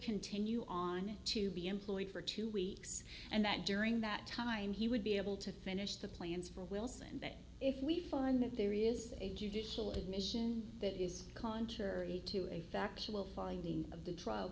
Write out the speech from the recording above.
continue on to be employed for two weeks and that during that time he would be able to finish the plans for wilson and that if we find that there is a judicial admission that is contrary to a factual finding of the trial